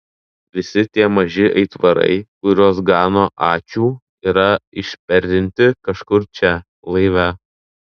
visi tie maži aitvarai kuriuos gano ačiū yra išperinti kažkur čia laive